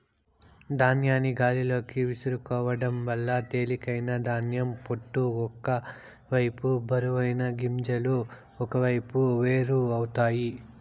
ధాన్యాన్ని గాలిలోకి విసురుకోవడం వల్ల తేలికైన ధాన్యం పొట్టు ఒక వైపు బరువైన గింజలు ఒకవైపు వేరు అవుతాయి